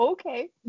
okay